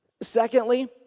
Secondly